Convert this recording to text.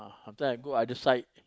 after I go I just sign